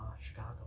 Chicago